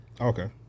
Okay